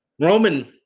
Roman